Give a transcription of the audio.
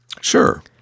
Sure